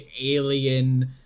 alien